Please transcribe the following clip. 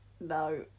no